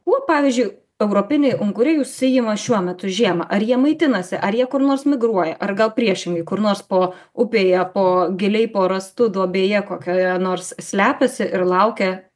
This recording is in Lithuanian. kuo pavyzdžiui europiniai unguriai užsiima šiuo metu žiemą ar jie maitinasi ar jie kur nors migruoja ar gal priešingai kur nors po upėje po giliai po rąstu duobėje kokioje nors slepiasi ir laukia